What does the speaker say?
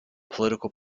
political